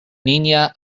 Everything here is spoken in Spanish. niña